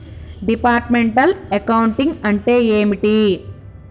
Departmental accounting అంటే ఏమిటి?